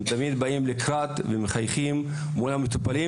הם תמיד באים לקראת ומחייכים למטופלים,